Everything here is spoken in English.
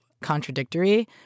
contradictory